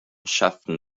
schafften